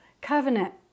covenant